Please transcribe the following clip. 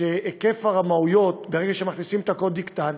שהיקף הרמאויות, ברגע שמכניסים את הקוד, יקטן?